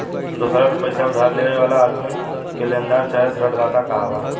दोसरा से पईसा उधारी लेवे वाला आदमी के लेनदार चाहे ऋणदाता कहाला